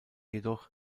jedoch